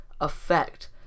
effect